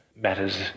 Matters